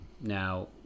Now